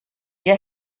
feed